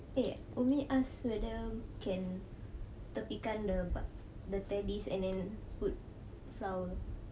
eh umi ask whether can tepikan the teddies and then put flower